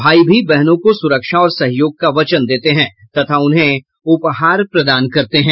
भाई भी बहनों को सुरक्षा और सहयोग का वचन देते हैं तथा उन्हें उपहार प्रदान करते हैं